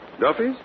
Duffy's